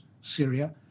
Syria